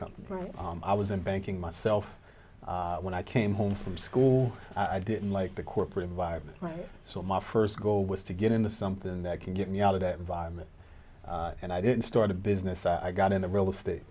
company i was in banking myself when i came home from school i didn't like the corporate environment so my first goal was to get into something that can get me out of it environment and i didn't start a business i got into real estate